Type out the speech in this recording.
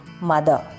mother